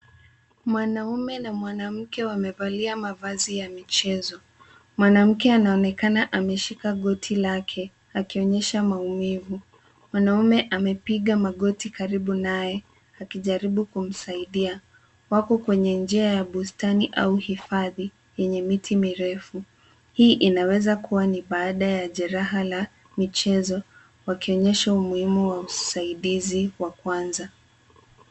Mwanaume na mwanamke wamevalia mavazi ya michezo. Mwanamke anaonekana ameshika goti lake akionyesha maumivu. Mwanaume amepiga magoti karibu naye, akijaribu kumsaidia. Wako kwenye njia ya bustani au uhifadhi yenye miti mirefu. Hii inaweza kuwa ni baada ya jeraha la michezo, wakionyesha umuhimu wa usaidizi wa kwanza.